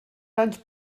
anys